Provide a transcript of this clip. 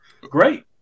great